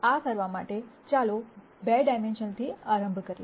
આ કરવા માટે ચાલો 2 ડાયમેન્શનલથી પ્રારંભ કરીએ